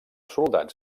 soldats